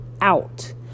out